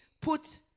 put